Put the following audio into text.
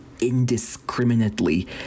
indiscriminately